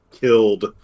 killed